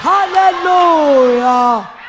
Hallelujah